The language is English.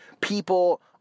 people